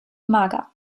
mager